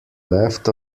left